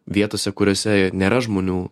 vietose kuriose nėra žmonių